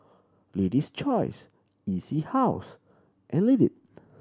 Lady's Choice E C House and Lindt